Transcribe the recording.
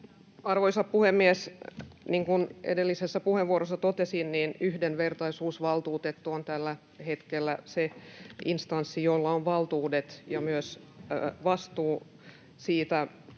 Arvoisa puhemies! Niin kuin edellisessä puheenvuorossa totesin, yhdenvertaisuusvaltuutettu on tällä hetkellä se instanssi, jolla on valtuudet ja myös vastuu siitä,